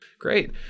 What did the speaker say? Great